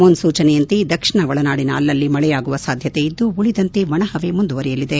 ಮುನ್ಲೂಚನೆಯಂತೆ ದಕ್ಷಿಣ ಒಳನಾಡಿನ ಅಲ್ಲಲ್ಲಿ ಮಳೆಯಾಗುವ ಸಾಧ್ಯತೆ ಇದ್ದು ಉಳಿದಂತೆ ಒಣಹವೆ ಮುಂದುವರೆಯಲಿದೆ